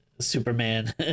Superman